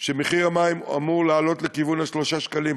כשמחיר המים אמור לעלות לכיוון 3 שקלים,